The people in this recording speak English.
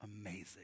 amazing